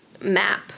map